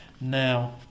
now